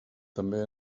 també